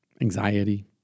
Anxiety